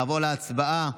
נעבור להצבעה